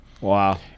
wow